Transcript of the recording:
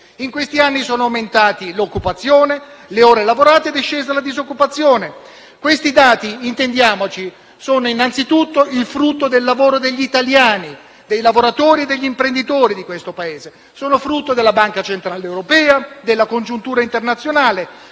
In questi ultimi anni sono aumentati l'occupazione e le ore lavorate ed è scesa la disoccupazione. Questi dati - intendiamoci - sono anzitutto il frutto del lavoro degli italiani (dei lavoratori e degli imprenditori di questo Paese), della Banca centrale europea e della congiuntura internazionale,